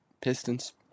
Pistons